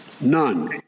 None